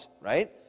right